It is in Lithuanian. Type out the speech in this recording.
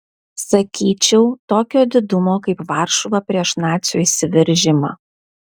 sakyčiau tokio didumo kaip varšuva prieš nacių įsiveržimą